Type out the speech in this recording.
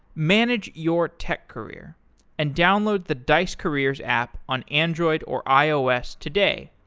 manage your tech career and download the dice careers app on android or ios today.